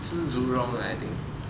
是不是 jurong ah I think